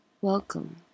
welcome